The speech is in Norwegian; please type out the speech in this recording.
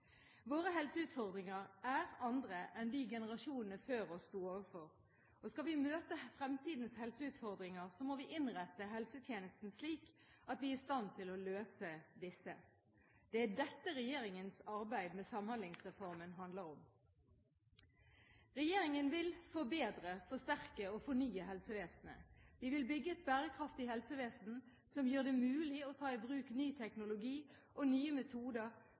Våre helseutfordringer er andre enn de generasjonene før oss sto overfor. Skal vi møte fremtidens helseutfordringer, må vi innrette helsetjenesten slik at vi er i stand til å løse disse. Det er dette regjeringens arbeid med Samhandlingsreformen handler om. Regjeringen vil forbedre, forsterke og fornye helsevesenet. Vi vil bygge et bærekraftig helsevesen som gjør det mulig å ta i bruk ny teknologi og nye metoder,